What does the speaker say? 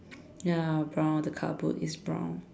ya brown the car boot is brown